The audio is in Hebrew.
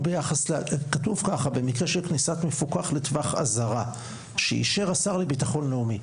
כתוב ש"במקרה של כניסת מפוקח לטווח אזהרה שאישר השר לביטחון לאומי".